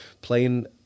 playing